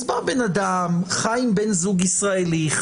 אז בן חי עם בן זוג ישראלי,